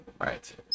right